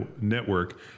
network